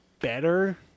better